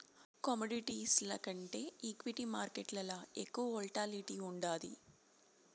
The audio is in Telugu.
కమోడిటీస్ల కంటే ఈక్విటీ మార్కేట్లల ఎక్కువ వోల్టాలిటీ ఉండాది